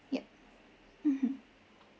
yup mmhmm